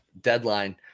deadline